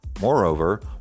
Moreover